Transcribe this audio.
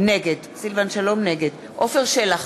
נגד עפר שלח,